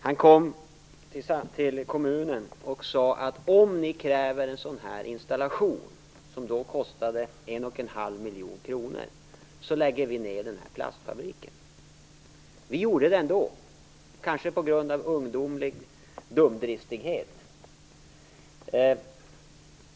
Han kom till kommunen och sade att om ni kräver en sådan här installation - den kostade då 1,5 miljoner kronor - så lägger vi ned plastfabriken. Men vi gjorde det ändå, kanske på grund av ungdomlig dumdristighet.